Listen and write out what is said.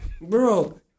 bro